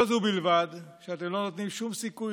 לא זו בלבד שאתם לא נותנים שום סיכוי